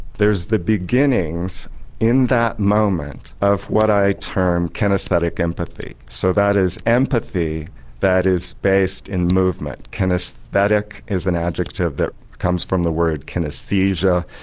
there's the beginnings in that moment, of what i term kinaesthetic empathy so that is empathy that is based in movement. kinaesthetic is an adjective that comes from the word kinaesthesia,